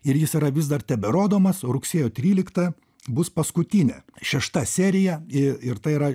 ir jis yra vis dar teberodomas rugsėjo tryliktą bus paskutinė šešta serija ir ir tai yra